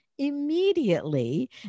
immediately